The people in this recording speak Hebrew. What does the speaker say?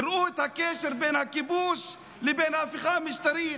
תראו את הקשר בין הכיבוש לבין ההפיכה המשטרית.